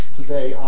today